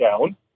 down